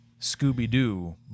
scooby-doo